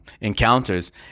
encounters